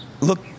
look